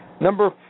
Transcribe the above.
Number